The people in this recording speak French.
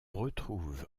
retrouve